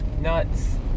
nuts